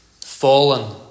Fallen